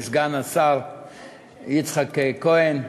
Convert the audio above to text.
סגן השר יצחק כהן חברי,